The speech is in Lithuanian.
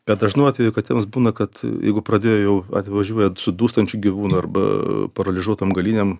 bet dažnu atveju katėms būna kad jeigu pradėjo jau atvažiuoja su dūstančiu gyvūnu arba paralyžuotom galinėm